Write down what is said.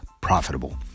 profitable